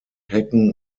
hecken